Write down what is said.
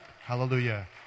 Hallelujah